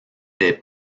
des